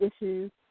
issues